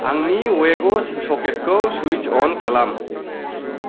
आंनि वेग' सकेटखौ सुइटस अन खालाम